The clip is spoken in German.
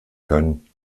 können